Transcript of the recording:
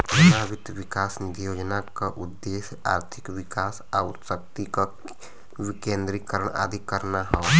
जमा वित्त विकास निधि योजना क उद्देश्य आर्थिक विकास आउर शक्ति क विकेन्द्रीकरण आदि करना हौ